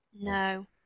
No